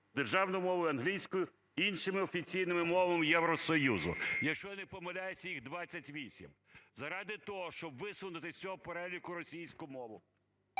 державною мовою, англійською, іншими офіційними мовами Євросоюзу". Якщо я не помиляюсь, їх 28. Заради того, щоб висунути з цього переліку російську мову,